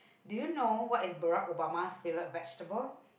do you know what is Barack-Obama favourite vegetable